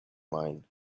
mind